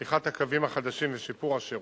פתיחת הקווים החדשים ושיפור השירות,